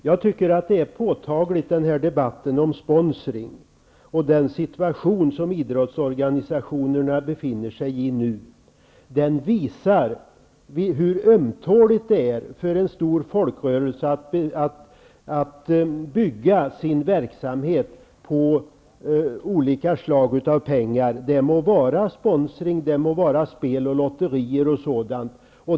Jag tycker att debatten om sponsring och den situation som idrottsorganisationerna befinner sig i nu påtagligt visar hur ömtåligt det är för en stor folkrörelse att bygga sin verksamhet på pengar som kommer in genom sponsring eller spel och lotterier och sådant.